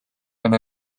and